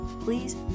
please